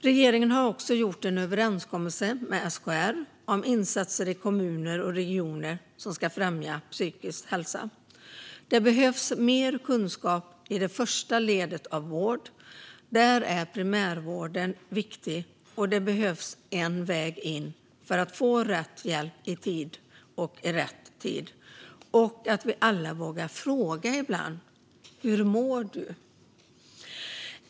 Regeringen har också gjort en överenskommelse med SKR om insatser i kommuner och regioner som ska främja psykisk hälsa. Det behövs mer kunskap i det första ledet av vården. Där är primärvården viktig, och det behövs en väg in för att få rätt hjälp i rätt tid. Det är viktigt att vi alla vågar fråga ibland: Hur mår du?